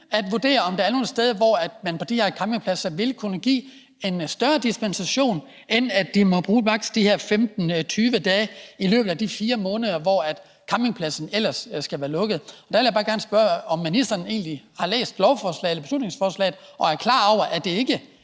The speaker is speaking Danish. kan vurdere, om der er nogle steder, hvor man på de her campingpladser vil kunne give en større dispensation end de her maks. 15-20 dage i løbet af de 4 måneder, hvor campingpladsen ellers skal være lukket. Derfor vil jeg bare gerne spørge, om ministeren egentlig har læst beslutningsforslaget og er klar over, at det ikke er